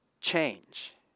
Change